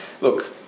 look